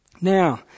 Now